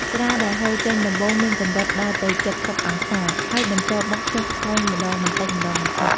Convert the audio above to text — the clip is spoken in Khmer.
ស្រាដែលហូរចេញដំបូងមានកម្រិតដល់ទៅ៧០អង្សា ហើយបន្ទាប់មកចុះថយម្តងបន្តិចៗ។